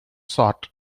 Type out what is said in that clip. sort